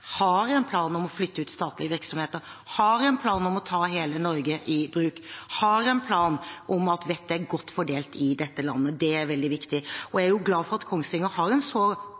har en plan om å flytte ut statlige virksomheter, som har en plan om å ta hele Norge i bruk, som har tro på at vettet er godt fordelt i dette landet. Det er veldig viktig. Jeg er glad for at Kongsvinger har en så